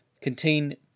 contain